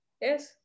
yes